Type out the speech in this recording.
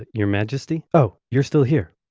your majesty? oh, you're still here.